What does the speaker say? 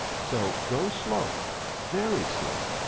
so, go slow very slow.